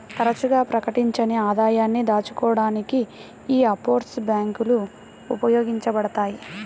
తరచుగా ప్రకటించని ఆదాయాన్ని దాచుకోడానికి యీ ఆఫ్షోర్ బ్యేంకులు ఉపయోగించబడతయ్